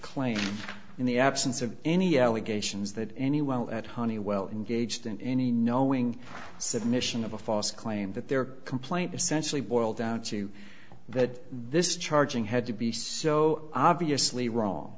claim in the absence of any allegations that any well at honeywell engaged in any knowing submission of a false claim that their complaint essentially boiled down to that this charging had to be so obviously wrong